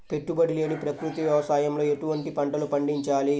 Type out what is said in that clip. పెట్టుబడి లేని ప్రకృతి వ్యవసాయంలో ఎటువంటి పంటలు పండించాలి?